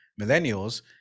Millennials